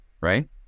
right